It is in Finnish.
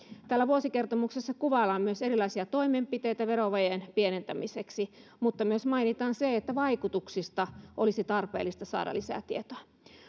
vuosikertomuksessa kuvaillaan myös erilaisia toimenpiteitä verovajeen pienentämiseksi mutta myös mainitaan se että vaikutuksista olisi tarpeellista saada lisää tietoa